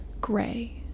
gray